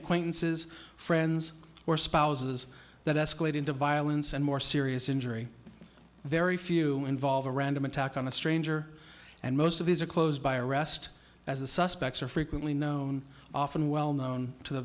acquaintances friends or spouses that escalate into violence and more serious injury very few involve a random attack on a stranger and most of these are closed by arrest as the suspects are frequently known often well known to the